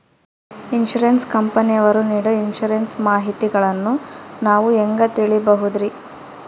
Insurance ಕಂಪನಿಯವರು ನೇಡೊ insurance ಮಾಹಿತಿಗಳನ್ನು ನಾವು ಹೆಂಗ ತಿಳಿಬಹುದ್ರಿ?